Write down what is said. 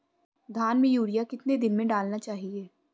धान में यूरिया कितने दिन में डालना चाहिए?